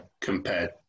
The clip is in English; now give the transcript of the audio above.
compared